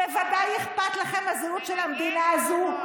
ודאי אכפת לכם הזהות של המדינה הזו,